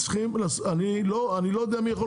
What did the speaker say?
אני לא יודע מי יכול